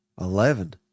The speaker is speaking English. Eleven